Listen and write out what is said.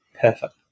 Perfect